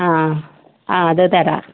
ആ അത് തരാം